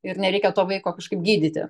ir nereikia to vaiko kažkaip gydyti